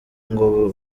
ngo